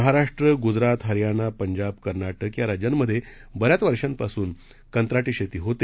महाराष्ट्र गुजरात हरयाणा पंजाब कर्नाटक या राज्यांमधे बन्याच वर्षांपासून कंत्राटी शेती होते